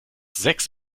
sechs